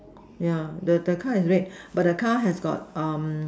yeah the the car is red but the car has got um